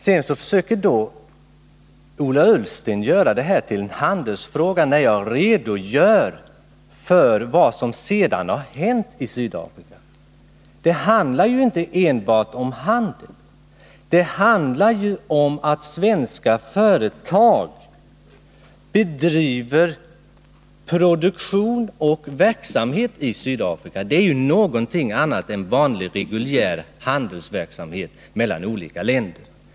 Men nu försöker Ola Ullsten göra detta till en handelsfråga, trots att jag har redogjort för vad som sedan har hänt i Sydafrika, Det rör sig ju inte enbart om handel, utan om att svenska företag har produktion i Sydafrika. Det är ju någonting annat än vanlig reguljär handel mellan olika länder.